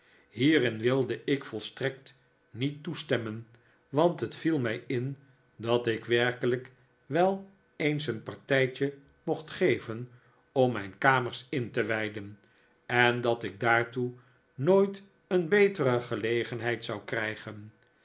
hierin wilde ik volstrekt niet toestemmen want het viel mij in dat ik werkelijk wel eens een partijtje mocht geven om mijn kamers in te wijden en dat ik daartoe nooit een betere gelegenheid zou ktijgen